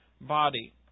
body